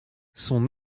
son